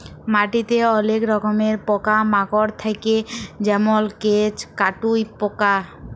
মাটিতে অলেক রকমের পকা মাকড় থাক্যে যেমল কেঁচ, কাটুই পকা